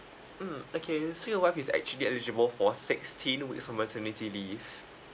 mm okay so your wife is actually eligible for sixteen weeks of maternity leave